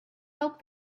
help